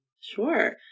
Sure